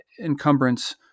encumbrance